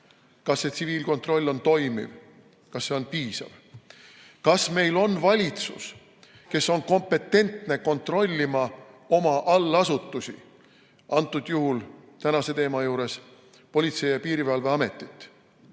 ja neid tagada, on toimiv, kas see on piisav? Kas meil on valitsus, kes on kompetentne kontrollima oma allasutusi, antud juhul, tänase teema puhul Politsei‑ ja Piirivalveametit?